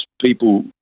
people